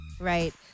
Right